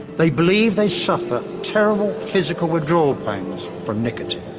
they believe they suffer terrible physical withdrawal pains from nicotine.